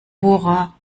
bohrer